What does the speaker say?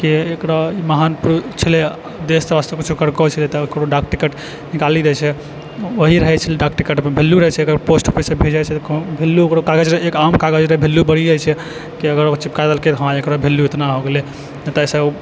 एकरो ई महँ पुरुष छलै देश राष्ट्रके लेल किछो करने छलै तऽ ओकरो डाक टिकट निकाली दै छै वही रहै छलै डाक टिकटपर वेल्यु रहै छलै ओकर पोस्ट ऑफिस सबपर जाइ छलै वैल्यू ओकर एक आम कागज रहै ओकर वैल्यू बढ़ि जाइ है कि अगर चिपका देलकै तऽ हँ ओकर वैल्यू एतना होइ गेलै तऽ तैसँ